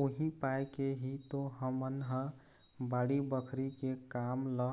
उही पाय के ही तो हमन ह बाड़ी बखरी के काम ल